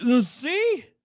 see